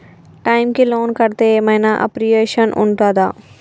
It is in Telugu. టైమ్ కి లోన్ కడ్తే ఏం ఐనా అప్రిషియేషన్ ఉంటదా?